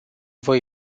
voi